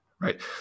right